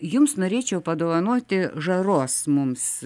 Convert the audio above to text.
jums norėčiau padovanoti žaros mums